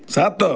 ସାତ